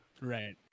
right